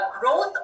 growth